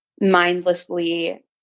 Mindlessly